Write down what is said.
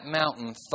mountain